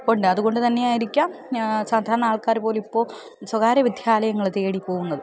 ഉണ്ട് അതുകൊണ്ട് തന്നെയായിയിരിക്കാം സാധാരണ ആൾക്കാർ പോലും ഇപ്പോൾ സ്വകാര്യ വിദ്യാലയങ്ങൾ തേടി പോകുന്നത്